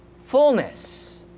fullness